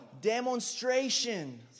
demonstration